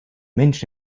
mensch